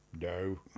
no